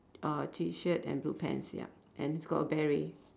uh T shirt and blue pants ya and he's got a beret